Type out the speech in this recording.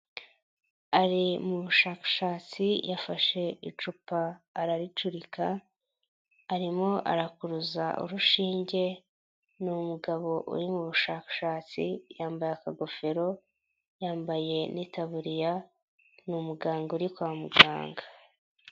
Ari mu bushakashatsi yafashe icupa araricurika, arimo arakuruza urushinge ni umugabo uri mu bushakashatsi yambaye akagofero yambaye n'itaburiya, ni umuganga uri kwa muganga.